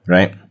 Right